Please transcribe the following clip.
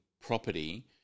property